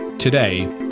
Today